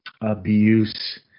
abuse